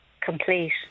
complete